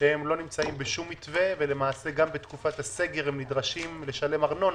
ולא נמצאים בשום מתווה ולמעשה גם בתקופת הסגר הם נדרשים לשלם ארנונה.